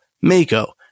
Mako